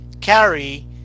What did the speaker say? carry